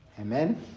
Amen